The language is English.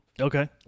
Okay